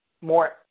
more